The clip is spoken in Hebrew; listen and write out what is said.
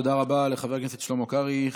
תודה רבה לחבר הכנסת שלמה קרעי.